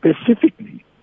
specifically